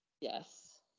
Yes